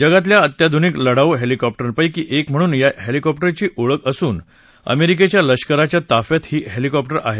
जगातल्या अत्याधुनिक लढाऊ हेलिकॉप्टरपैकी एक म्हणून या हेलिकॉप्टरची ओळख असून अमेरिकेच्या लष्कराच्या ताफ्यात ही हेलिकॉप्टर आहेत